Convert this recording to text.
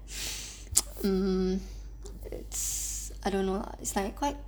um it's I don't know it's like quite